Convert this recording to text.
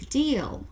deal